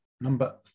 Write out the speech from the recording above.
number